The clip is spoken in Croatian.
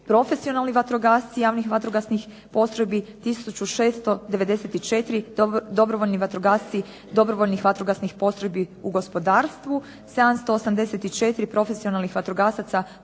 profesionalni vatrogasci javnih vatrogasnih postrojbi. 1694 dobrovoljni vatrogasci dobrovoljnih vatrogasnih postrojbi u gospodarstvu. 784 profesionalnih vatrogasaca profesionalnih